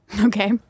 Okay